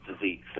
disease